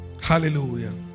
Hallelujah